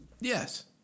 Yes